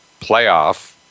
Playoff